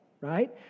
right